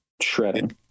shredding